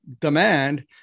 demand